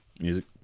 Music